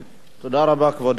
תודה רבה, כבוד השר.